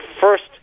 first